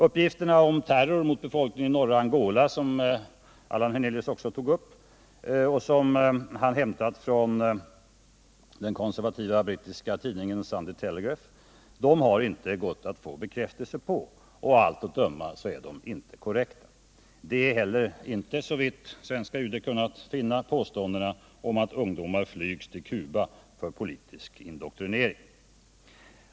Uppgifterna om terror mot befolkningen i norra Angola, som Allan Hernelius också tog upp och som han hämtat från den konservativa brittiska tidningen Sunday Telegraph, har inte gått att få bekräftelse på, och av allt att döma är de inte korrekta. Det är heller inte, såvitt svenska UD har kunnat finna, påståendena om att ungdomar flygs till Cuba för politisk indoktrinering.